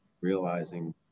realizing